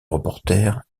reporter